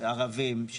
ערבים,